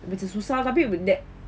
macam susah tapi that